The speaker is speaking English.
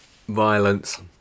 violence